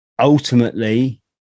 ultimately